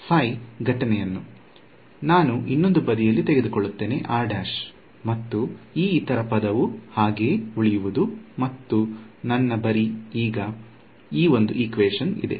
phi ಘಟನೆ ಅನ್ನು ನಾನು ಇನ್ನೊಂದು ಬದಿಯಲ್ಲಿ ತೆಗೆದುಕೊಳ್ಳುತ್ತೇನೆ ಮತ್ತು ಈ ಇತರ ಪದವು ಹಾಗೆಯೇ ಉಳಿಯುವುದು ಮತ್ತು ನನ್ನ ಬರಿ ಈಗ ಇದೆ